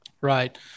right